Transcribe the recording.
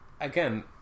again